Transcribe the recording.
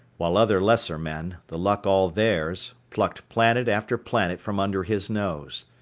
while other lesser men, the luck all theirs, plucked planet after planet from under his nose.